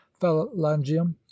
phalangium